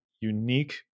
unique